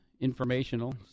informational